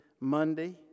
Monday